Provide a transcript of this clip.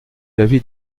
l’avis